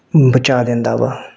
ਪਹੁੰਚਾ ਦਿੰਦਾ ਵਾ